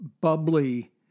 bubbly